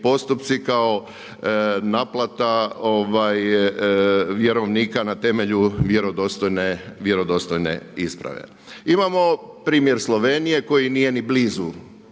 postupci, kao naplata vjerovnika na temelju vjerodostojne isprave. Imamo primjer Slovenije koji nije ni blizu,